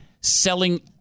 selling